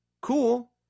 cool